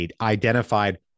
identified